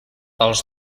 els